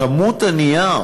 כמות הנייר